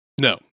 No